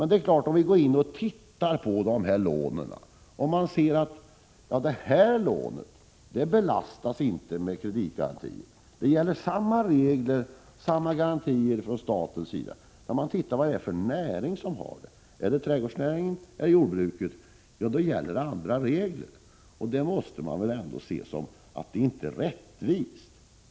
Det är väl ändå inte rättvist att lån för vilka det gäller samma regler och för vilka staten lämnar samma garantier behandlas olika beroende på om de gäller trädgårdsnäringen eller jordbruksnäringen. Staten gör ju samma åtagande för samtliga låntagare.